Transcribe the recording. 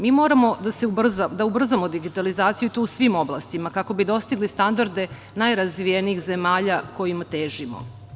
Mi moramo da ubrzamo digitalizaciju, i to u svim oblastima kako bi dostigli standarde najrazvijenijih zemalja kojima težimo.